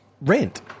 rent